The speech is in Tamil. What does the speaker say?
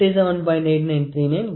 0011 mm Maximum Dimension 57